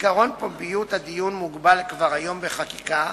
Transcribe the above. עקרון פומביות הדיון מוגבל כבר היום בחקיקה,